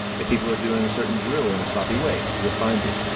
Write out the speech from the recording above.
if people are doing a certain drill in a sloppy way, he refines it.